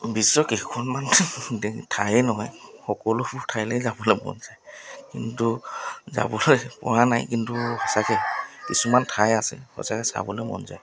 বিশ্বৰ কেইখনমান দেশ ঠায়ে নহয় সকলোবোৰ ঠাইলৈ যাবলৈ মন যায় কিন্তু যাবলৈ পোৱা নাই কিন্তু সঁচাকৈ কিছুমান ঠাই আছে সঁচাকৈ চাবলৈ মন যায়